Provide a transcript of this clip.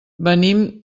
venim